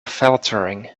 faltering